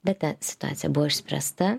bet ta situacija buvo išspręsta